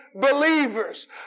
believers